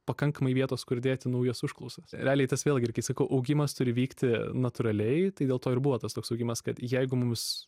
pakankamai vietos kur dėti naujas užklausas realiai tas vėlgi ir kai sakau augimas turi vykti natūraliai tai dėl to ir buvo tas toks augimas kad jeigu mums